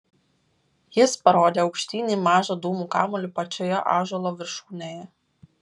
jis parodė aukštyn į mažą dūmų kamuolį pačioje ąžuolo viršūnėje